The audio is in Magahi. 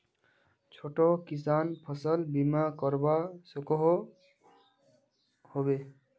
छोटो किसान फसल बीमा करवा सकोहो होबे?